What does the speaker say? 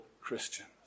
Christians